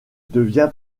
devient